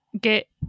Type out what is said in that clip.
get